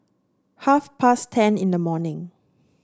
half past ten in the morning